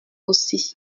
aussi